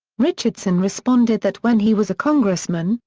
richardson responded that when he was a congressman,